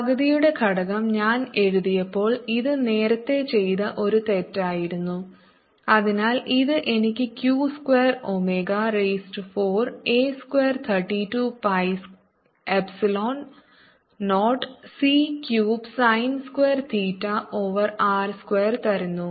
പകുതിയുടെ ഘടകം ഞാൻ എഴുതിയപ്പോൾ ഇത് നേരത്തെ ചെയ്ത ഒരു തെറ്റായിരുന്നു അതിനാൽ ഇത് എനിക്ക് q square omega raise to 4 a square 32 pi epsilon 0 c cubed sine square theta over r square തരുന്നു